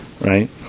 right